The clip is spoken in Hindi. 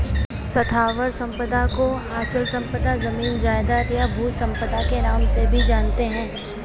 स्थावर संपदा को अचल संपदा, जमीन जायजाद, या भू संपदा के नाम से भी जानते हैं